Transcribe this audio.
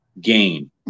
gain